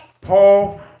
Paul